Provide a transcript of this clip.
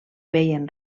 veien